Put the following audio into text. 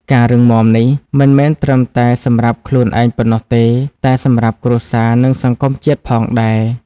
ការរឹងមាំនេះ មិនមែនត្រឹមតែសម្រាប់ខ្លួនឯងប៉ុណ្ណោះទេ តែសម្រាប់គ្រួសារ និងសង្គមជាតិផងដែរ។